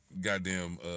goddamn